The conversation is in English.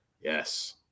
yes